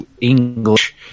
English